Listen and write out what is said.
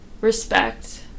respect